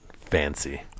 Fancy